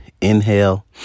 Inhale